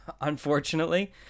unfortunately